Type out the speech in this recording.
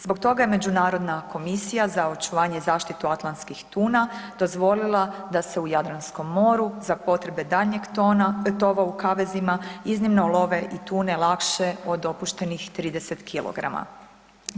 Zbog toga je Međunarodna komisija za očuvanje i zaštitu atlanskih tuna dozvolila da se u Jadranskom moru za potrebe daljnjeg tova u kavezima iznimno love i tune lakše od dopuštenih 30 kg.